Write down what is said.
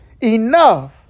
Enough